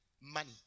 money